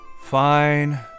Fine